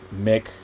Mick